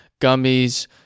gummies